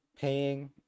paying